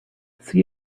see